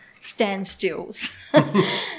standstills